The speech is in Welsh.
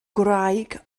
gwraig